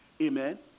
Amen